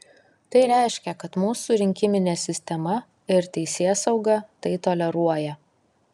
tai reiškia kad mūsų rinkiminė sistema ir teisėsauga tai toleruoja